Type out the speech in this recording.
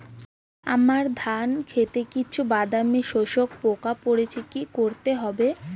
আমার ধন খেতে কিছু বাদামী শোষক পোকা পড়েছে কি করতে হবে?